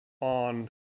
on